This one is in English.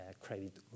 credit